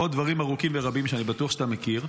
ועוד דברים ארוכים ורבים שאני בטוח שאתה מכיר,